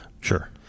Sure